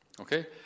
Okay